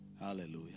Hallelujah